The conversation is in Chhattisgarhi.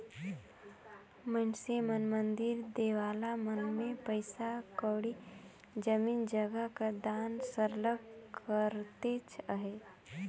मइनसे मन मंदिर देवाला मन में पइसा कउड़ी, जमीन जगहा कर दान सरलग करतेच अहें